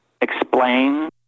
explain